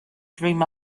dream